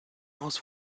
aus